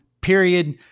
period